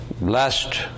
Blessed